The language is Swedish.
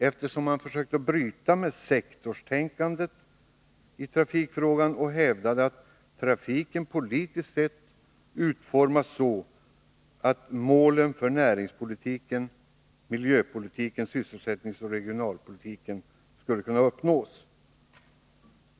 Man försökte nämligen bryta med sektorstänkandet i trafikfrågan och hävdade att trafiken politiskt sett borde utformas så att målen för näringspolitiken, miljöpolitiken samt sysselsättningsoch regionalpolitiken skulle kunna uppnås.